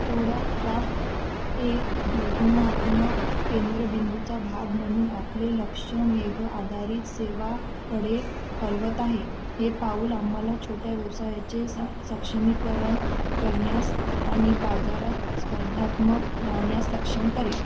CodeCraft हे धोरणात्मक केंद्रबिंदूचा भाग म्हणून आपले लक्ष मेघ आधारित सेवा कडे हलवत आहे हे पाऊल आम्हाला छोट्या व्यवसायाचे स सक्षमीकरण करण्यास आणि बाजारात स्पर्धात्मक राहण्यास सक्षम करेल